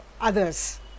others